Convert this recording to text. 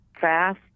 fast